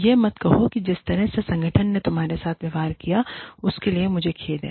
यह मत कहो कि जिस तरह से संगठन ने तुम्हारे साथ व्यवहार किया है उसके लिए मुझे खेद है